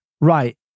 right